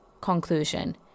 conclusion